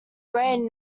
brand